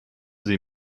sie